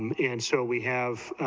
um and so we have,